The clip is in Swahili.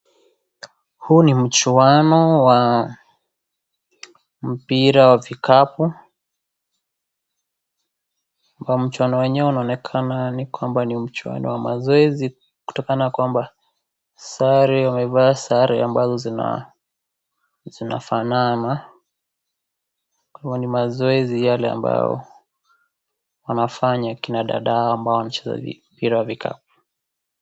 Huu ni mchuano wa mpira wa vikapu, mchuano wenyewe unaonekana kwamba ni mchuano wa mazoezi kutokana kwamba sare wamevaa sare ambazo zinafanana ni mazoezi yale ambayo wanafanya kina dada hawa ambao wanacheza mpira wa vikapu.